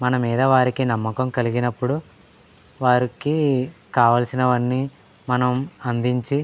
మన మీద వారికి నమ్మకం కలిగినప్పుడు వారికి కావాల్సినవన్నీ మనం అందించి